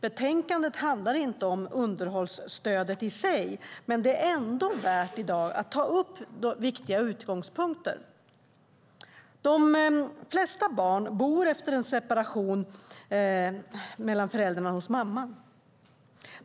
Betänkandet handlar inte om underhållsstödet i sig, men det är ändå värt att här i dag att ta upp viktiga utgångspunkter. De flesta barn bor efter en separation mellan föräldrarna hos mamman.